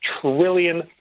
trillion